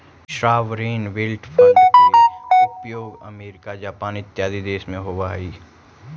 sovereign wealth fund के उपयोग America Japan इत्यादि देश में होवऽ हई